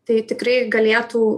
tai tikrai galėtų